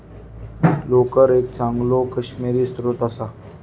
लोकर एक चांगलो काश्मिरी स्त्रोत असा